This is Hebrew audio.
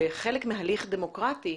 בחלק מהליך דמוקרטי,